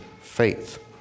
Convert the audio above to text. faith